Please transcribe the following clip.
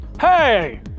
Hey